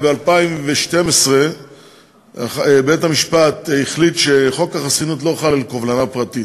ב-2012 בית-המשפט החליט שחוק החסינות לא חל על קובלנה פרטית.